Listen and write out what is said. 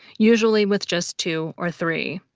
usually with just two or three.